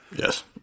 yes